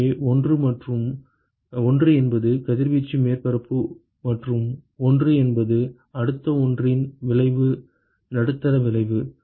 எனவே 1 என்பது கதிர்வீச்சு மேற்பரப்பு மற்றும் 1 என்பது அடுத்த ஒன்றின் விளைவு நடுத்தர விளைவு